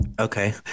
okay